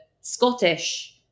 Scottish